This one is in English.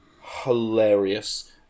Hilarious